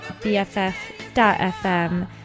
BFF.FM